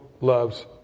loves